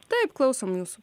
taip klausom jūsų